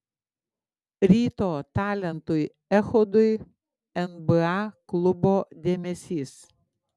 ryto talentui echodui nba klubo dėmesys